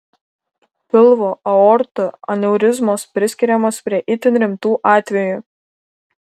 pilvo aortų aneurizmos priskiriamos prie itin rimtų atvejų